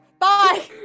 Bye